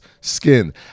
skin